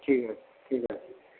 ঠিক আছে ঠিক আছে